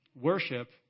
worship